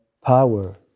power